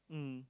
mm